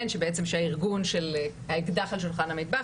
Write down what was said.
שהארגון של "האקדח על שולחן המטבח",